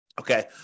okay